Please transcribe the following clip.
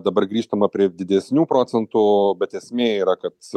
dabar grįžtama prie didesnių procentų o bet esmė yra kad